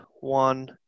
one